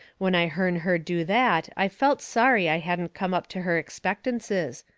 when i hearn her do that i felt sorry i hadn't come up to her expectances.